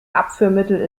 abführmittel